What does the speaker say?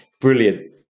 Brilliant